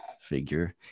figure